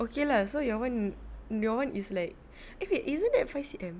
okay lah so your [one] your [one] eh wait isn't that five C_M